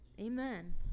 amen